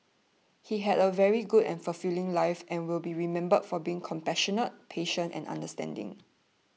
he had a very good and fulfilling life and will be remembered for being compassionate patient and understanding